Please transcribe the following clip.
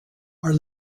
are